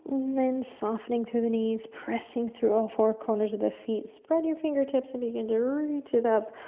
then softening through the knees, pressing through all four corners of the feet, spread your fingertips and begin to reach it up.